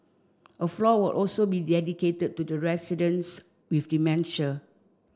a floor will also be dedicated to the residents with dementia